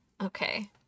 Okay